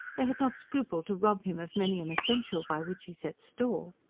they had not scrupled to rob him of many an essential by which he set store.